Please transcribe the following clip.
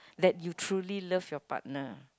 that you truly love your partner